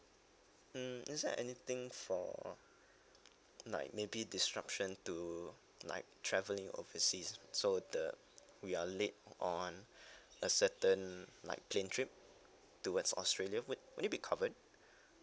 mm is there anything for like maybe disruption to like travelling overseas so the we are late on a certain like plane trip towards australia would would it be covered